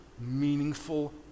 meaningful